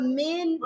men